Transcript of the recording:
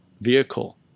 vehicle